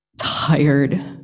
tired